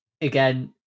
again